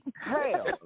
Hell